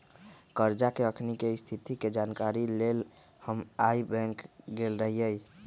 करजा के अखनीके स्थिति के जानकारी के लेल हम आइ बैंक गेल रहि